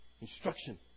instruction